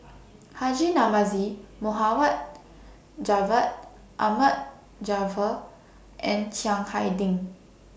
Haji Namazie Mohd Javad Ahmad Jaafar and Chiang Hai Ding